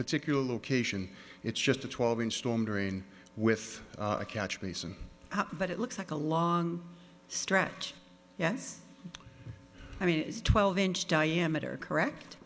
particular location it's just a twelve inch storm drain with a catch basin but it looks like a long stretch yes i mean is twelve inch diameter correct